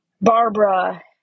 Barbara